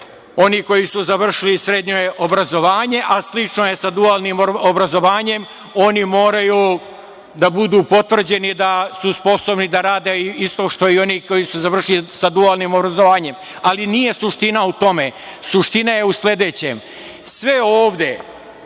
oni koji su završili srednje obrazovanje, a slično je sa dualnim obrazovanjem, oni moraju da budu potvrđeni da su sposobni da rade isto što i oni koji su završili sa dualnim obrazovanjem. Ali nije suština u tome. Suština je u sledećem. Sve ovde